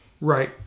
Right